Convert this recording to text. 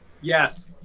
Yes